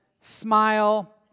smile